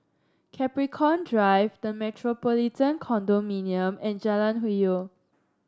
Capricorn Drive The Metropolitan Condominium and Jalan Hwi Yoh